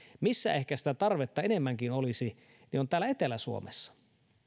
missä ehkä sitä tarvetta enemmänkin olisi on täällä etelä suomessa